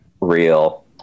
real